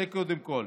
זה קודם כול.